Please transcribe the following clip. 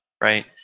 right